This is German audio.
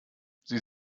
sie